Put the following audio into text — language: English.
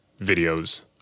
videos